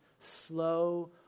Slow